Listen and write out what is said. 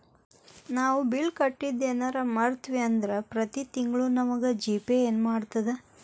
ನಾವು ಬಿಲ್ ಕಟ್ಟಿದ್ದು ಯೆನರ ಮರ್ತ್ವಿ ಅಂದ್ರ ಪ್ರತಿ ತಿಂಗ್ಳು ನಮಗ ಜಿ.ಪೇ ನೆನ್ಪ್ಮಾಡ್ತದ